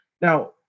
Now